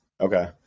okay